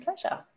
pleasure